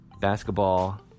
Basketball